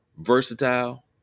versatile